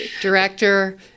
director